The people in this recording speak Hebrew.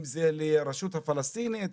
לרשות הפלסטינית,